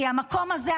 כי המקום הזה,